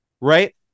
right